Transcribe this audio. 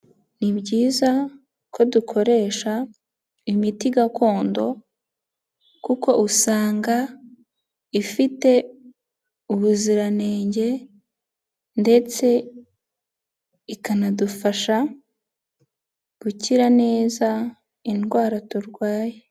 Ni byiza ko dukoresha imiti gakondo ,kuko usanga ifite ubuziranenge, ndetse ikanadufasha gukira neza indwara turwaye.